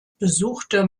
besuchte